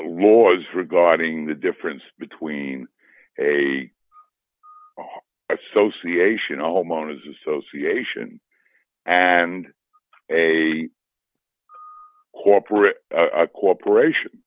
laws regarding the difference between a association homeowner's association and a corporate corporation